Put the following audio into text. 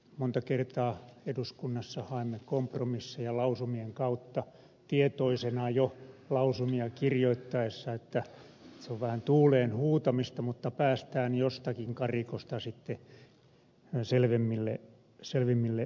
monta kertaa eduskunnassa haemme kompromisseja lausumien kautta tietoisina jo lausumia kirjoitettaessa että se on vähän tuuleen huutamista mutta päästään jostakin karikosta sitten selvemmille vesille